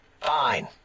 Fine